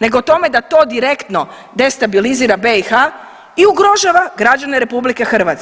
nego o tome da to direktno destabilizira BiH i ugrožava građane RH.